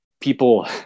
people